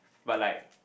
but like